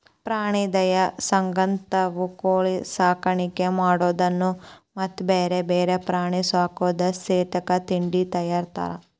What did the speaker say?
ಪ್ರಾಣಿ ದಯಾ ಸಂಘದಂತವರು ಕೋಳಿ ಸಾಕಾಣಿಕೆ ಮಾಡೋದನ್ನ ಮತ್ತ್ ಬ್ಯಾರೆ ಬ್ಯಾರೆ ಪ್ರಾಣಿ ಸಾಕೋದನ್ನ ಸತೇಕ ತಿಡ್ಡ ತಗಿತಾರ